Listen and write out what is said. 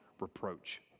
reproach